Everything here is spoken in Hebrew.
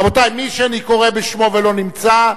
רבותי, מי שאני קורא בשמו ואינו נמצא,